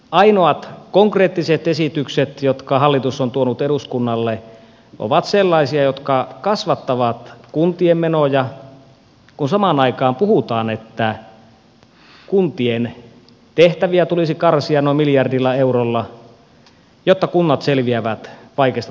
ainoat konkreettiset esitykset jotka hallitus on tuonut eduskunnalle ovat sellaisia jotka kasvattavat kuntien menoja kun samaan aikaan puhutaan että kuntien tehtäviä tulisi karsia noin miljardilla eurolla jotta kunnat selviävät vaikeasta taloustilanteesta